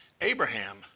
Abraham